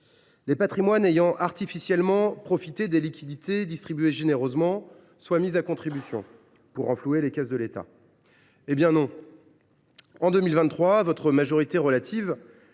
de patrimoine ayant artificiellement bénéficié des liquidités distribuées généreusement soient mis à contribution pour renflouer les caisses de l’État, la majorité relative